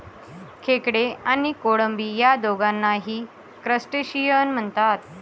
खेकडे आणि कोळंबी या दोघांनाही क्रस्टेशियन म्हणतात